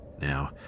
Now